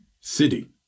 city